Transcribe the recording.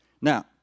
Now